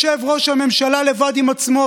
ישב ראש הממשלה לבד עם עצמו,